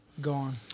gone